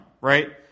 right